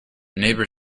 neighbour